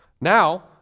Now